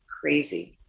crazy